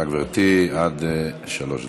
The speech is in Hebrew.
בבקשה, גברתי, עד שלוש דקות.